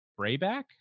Brayback